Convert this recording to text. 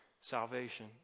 salvation